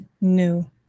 new